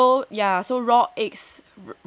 so ya so raw eggs raw eggs